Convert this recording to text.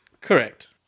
Correct